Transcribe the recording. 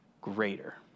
greater